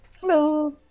Hello